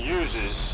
uses